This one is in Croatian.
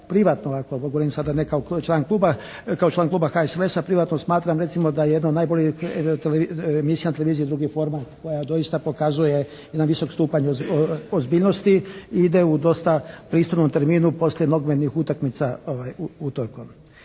ovako, ovo govorim sada ne kao član kluba HSLS-a, privatno smatram recimo da je jedno od najboljih emisija na televiziji "Drugi format" koja doista pokazuje jedan visok stupanj ozbiljnosti, ide u dosta pristojnom terminu poslije nogometnih utakmica utorkom.